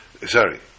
sorry